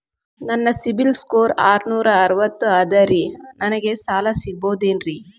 ನನ್ನ CIBIL score ಆರನೂರ ಐವತ್ತು ಅದರೇ ನನಗೆ ಸಾಲ ಸಿಗಬಹುದೇನ್ರಿ?